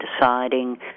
deciding